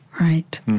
right